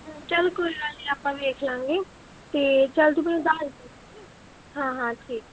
ਚੱਲ ਕੋਈ ਗੱਲ ਨਹੀਂ ਆਪਾਂ ਵੇਖ ਲਵਾਂਗੇ ਅਤੇ ਚੱਲ ਤੂੰ ਮੈਨੂੰ ਦੱਸ ਦੀ ਠੀਕ ਹੈ ਹਾਂ ਹਾਂ ਠੀਕ ਹੈ